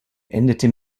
endete